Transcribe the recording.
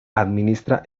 administra